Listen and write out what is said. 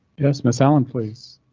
yes, ms allan please.